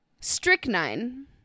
Strychnine